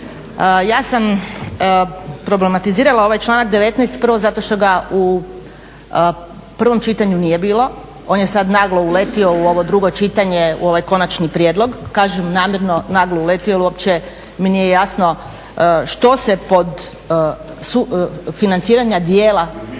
ja sam problematizirala ovaj članak 19. prvo zato što ga u prvom čitanju nije bilo, on je sada naglo uletio u ovo drugo čitanje, u ovaj konačni prijedlog. Kažem namjerno naglo uletio jer uopće mi nije jasno što se pod sufinanciranja dijela